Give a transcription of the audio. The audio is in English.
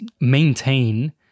maintain